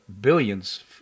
billions